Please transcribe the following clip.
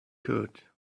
could